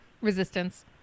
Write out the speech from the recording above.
Resistance